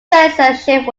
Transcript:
censorship